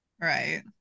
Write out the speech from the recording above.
right